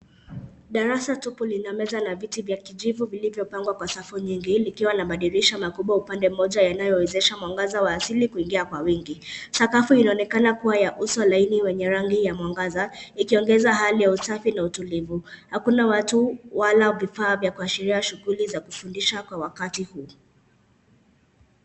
Darasa tupu lina meza na viti vya kijivu vilivyopangwa kwa safu nyingi, likiwa na madirisha makubwa upande mmoja yanayowezesha mwangaza wa asili kuingia kwa wingi. Sakafu inaonekana kuwa ya uso laini wenye rangi ya mwangaza, ikiongeza hali ya usafi na utulivu. Hakuna watu wala vifaa vya kuashiria shughuli za kufundisha kwa wakati huu.